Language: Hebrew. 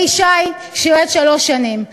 אלי ישי שירת שלוש שנים,